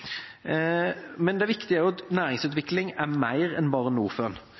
at næringsutvikling er mer enn bare